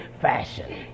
fashion